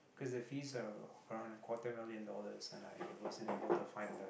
cause the fees are around a quarter million dollars and I wasn't able to find the